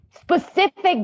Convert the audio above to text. specific